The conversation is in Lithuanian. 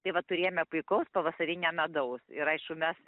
tai vat turėjome puikaus pavasarinio medaus ir aišku mes